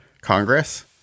Congress